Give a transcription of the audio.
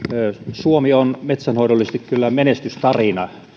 suomi on metsänhoidollisesti kyllä menestystarina